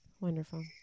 Wonderful